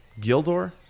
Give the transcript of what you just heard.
Gildor